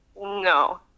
no